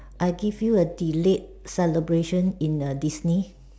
I give you a delayed celebration in a Disney